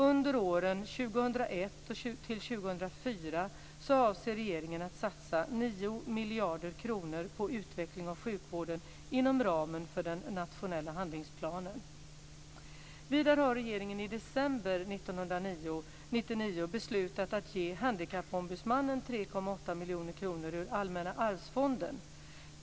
Under åren 2001-2004 avser regeringen att satsa 9 miljarder kronor på utveckling av sjukvården inom ramen för den nationella handlingsplanen. Vidare har regeringen i december 1999 beslutat att ge Handikappombudsmannen 3,8 miljoner kronor ur Allmänna arvsfonden.